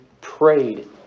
prayed